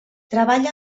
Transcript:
treballa